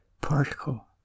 particle